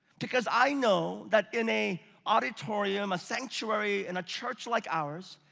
because i know that in a auditorium, a sanctuary, in a church like ours,